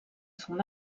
son